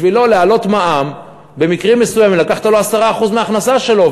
בשבילו העלאת המע"מ במקרים מסוימים זה לקחת לו 10% מההכנסה שלו,